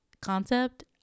concept